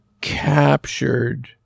captured